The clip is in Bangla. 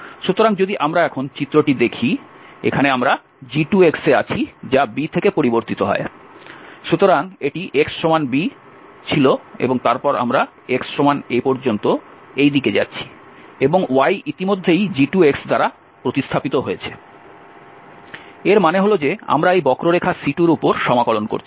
সুতরাং যদি আমরা এখন চিত্রটি দেখি এখানে আমরা g2এ আছি যা b থেকে পরিবর্তিত হয় সুতরাং এটি x b ছিল এবং তারপর আমরা x a পর্যন্ত এই দিকে যাচ্ছি এবং y ইতিমধ্যেই g2 দ্বারা প্রতিস্থাপিত হয়েছে এর মানে হল যে আমরা এই বক্ররেখা C2এর উপর সমাকলন করছি